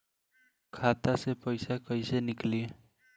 खाता से पैसा कैसे नीकली?